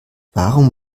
warum